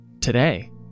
today